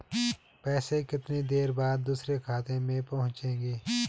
पैसे कितनी देर बाद दूसरे खाते में पहुंचेंगे?